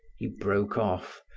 he broke off,